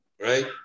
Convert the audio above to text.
right